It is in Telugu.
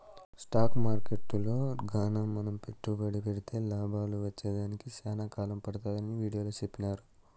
స్టాకు మార్కెట్టులో గాన మనం పెట్టుబడి పెడితే లాభాలు వచ్చేదానికి సేనా కాలం పడతాదని వీడియోలో సెప్పినారు